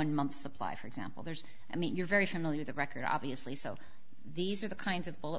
one month supply for example there's i mean you're very familiar the record obviously so these are the kinds of bullet